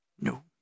No